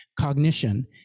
cognition